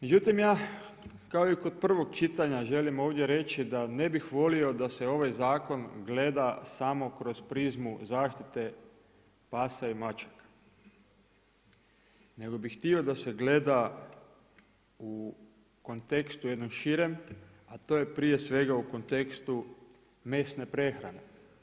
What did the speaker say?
Međutim ja kao i kod prvog čitanja želim ovdje reći da ne bih volio da se ovaj zakon gleda samo kroz prizmu zaštite pasa i mačaka, nego bi htio da se gleda u kontekstu jednom širem, a to je prije svega u kontekstu mesne prehrane.